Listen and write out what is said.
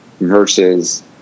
versus